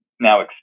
Now